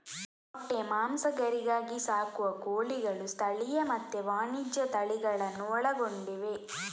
ಮೊಟ್ಟೆ, ಮಾಂಸ, ಗರಿಗಾಗಿ ಸಾಕುವ ಕೋಳಿಗಳು ಸ್ಥಳೀಯ ಮತ್ತೆ ವಾಣಿಜ್ಯ ತಳಿಗಳನ್ನೂ ಒಳಗೊಂಡಿವೆ